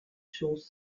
schoß